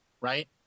right